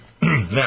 Now